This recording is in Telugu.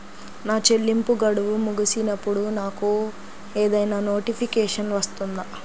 నా చెల్లింపు గడువు ముగిసినప్పుడు నాకు ఏదైనా నోటిఫికేషన్ వస్తుందా?